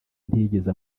ntiyigeze